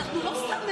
אנחנו לא סתם,